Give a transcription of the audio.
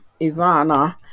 Ivana